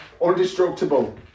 undestructible